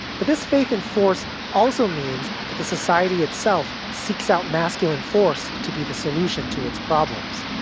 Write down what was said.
but this faith in force also means that the society itself seeks out masculine force to be the solution to its problems.